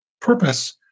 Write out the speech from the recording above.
Purpose